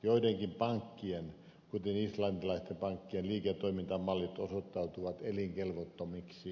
joidenkin pank kien kuten islantilaisten pankkien liiketoimintamallit osoittautuivat elinkelvottomiksi